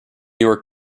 york